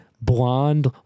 blonde